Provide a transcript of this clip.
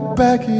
back